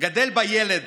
שגדל בה ילד